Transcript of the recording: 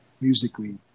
musically